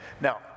Now